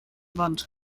wand